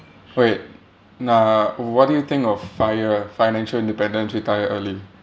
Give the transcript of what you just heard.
wait uh what do you think of fi~ uh financial independence retire early